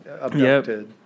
abducted